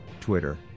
Twitter